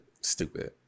Stupid